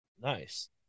Nice